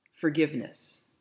Forgiveness